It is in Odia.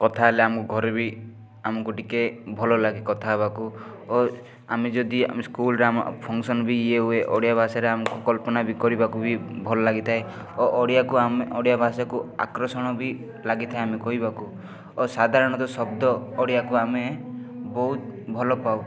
କଥାହେଲେ ଆମ ଘରେ ବି ଆମକୁ ଟିକିଏ ଭଲ ଲାଗେ କଥା ହେବାକୁ ଓ ଆମେ ଯଦି ଆମ ସ୍କୁଲ୍ରେ ଆମ ଫଙ୍କ୍ସନ୍ ବି ଇଏ ହୁଏ ଓଡ଼ିଆ ଭାଷାରେ ଆମକୁ କଳ୍ପନା ବି କରିବାକୁ ହୁଏ ଭଲ ଲାଗିଥାଏ ଓ ଓଡ଼ିଆକୁ ଆମେ ଓଡ଼ିଆ ଭାଷାକୁ ଆକର୍ଷଣ ବି ଲାଗିଥାଏ ଆମେ କହିବାକୁ ଓ ସାଧାରଣତଃ ଶବ୍ଦ ଓଡ଼ିଆକୁ ଆମେ ବହୁତ ଭଲପାଉ